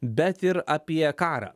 bet ir apie karą